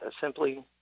simply